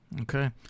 Okay